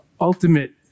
ultimate